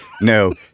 no